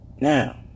Now